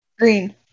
Green